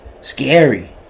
Scary